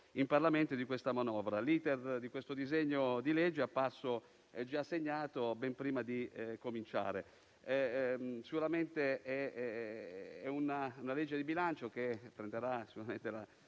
in Parlamento di questa manovra. L'*iter* di questo disegno di legge è apparso già segnato ben prima di cominciare. È sicuramente una legge di bilancio che prenderà qui la